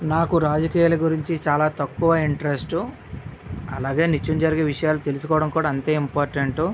నాకు రాజకీయాల గురించి చాలా తక్కువ ఇంట్రెస్టు అలాగే నిత్యం జరిగే విషయాలు తెలుసుకోవడం కూడా అంతే ఇంపార్టెంటు